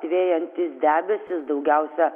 didėjantys debesys daugiausia